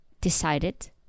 decided